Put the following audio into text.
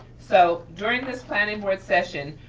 so during this planning board session,